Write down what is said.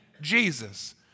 Jesus